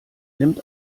nimmt